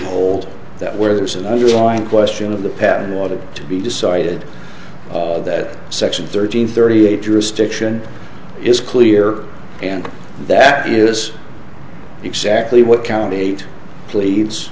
hold that where there's an underlying question of the path in order to be decided that section thirteen thirty eight jurisdiction is clear and that is exactly what count eight clea